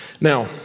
now